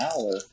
hour